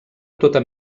tota